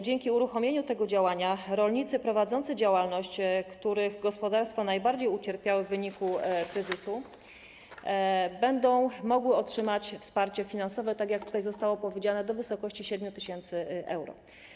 Dzięki uruchomieniu tego działania rolnicy prowadzący działalność, których gospodarstwa najbardziej ucierpiały w wyniku kryzysu, będą mogli otrzymać wsparcie finansowe, tak jak tutaj zostało powiedziane, do wysokości 7 tys. euro.